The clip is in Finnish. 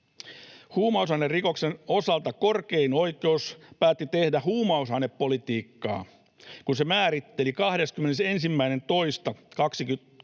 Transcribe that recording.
huumausainerikoksen osalta korkein oikeus päätti tehdä huumausainepolitiikkaa, kun se määritteli 21.2.2023